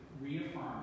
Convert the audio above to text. reaffirm